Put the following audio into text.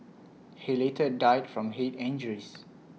he later died from Head injuries